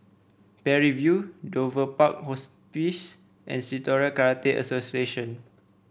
Parry View Dover Park Hospice and Shitoryu Karate Association